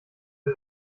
sie